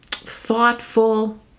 thoughtful